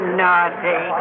naughty